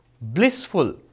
blissful